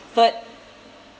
third